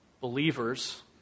believers